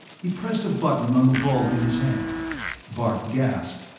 he pressed a button on the bulb in his hand bart gasped,